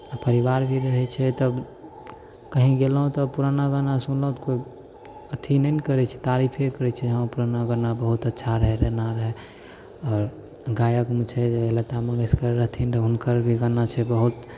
आ परिबार भी रहै छै तब कहींँ गेलहुँ तऽ पुराना गाना सुनलहुँ तऽ कोइ अथी नहि ने करैत छै तारीफे करैत छै हँ पुराना गाना बहुत अच्छा रहै रहऽ एना रहै आओर गायकमे छै लता मंगेशकर रहथिन रहऽ हुनकर भी गाना छै बहुत